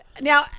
now